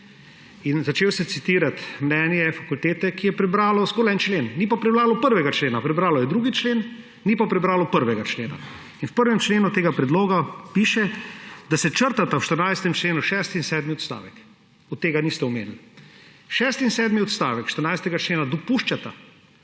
Začeli ste citirati mnenje fakultete, ki je prebralo zgolj en člen, ni pa prebralo 1. člena, prebralo je 2. člen, ni pa prebralo 1. člena. In v 1. členu tega predloga piše, da se črtata v 14. členu šesti in sedmi odstavek. Tega niste omenili. Šesti in sedmi odstavek 14. člena dopuščata